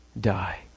die